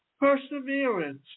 perseverance